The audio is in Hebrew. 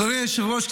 אדוני היושב-ראש,